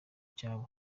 cyabo